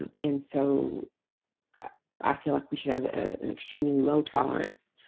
um and so i feel like we should have ah an extremely low tolerance